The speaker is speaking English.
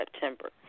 September